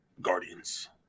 Guardians